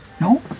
No